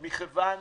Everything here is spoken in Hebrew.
מכיוון